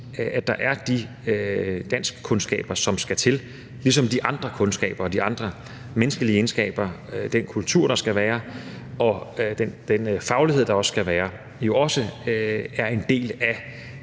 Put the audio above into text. at der er de danskkundskaber, som skal til, ligesom de andre kundskaber, de andre menneskelige egenskaber, den kultur, der skal være, og den faglighed, der også skal være, jo også er en del af